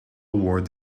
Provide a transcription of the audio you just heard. award